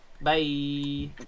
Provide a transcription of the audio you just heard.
Bye